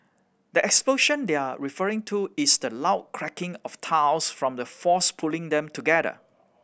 the explosion they're referring to is the loud cracking of tiles from the force pulling them together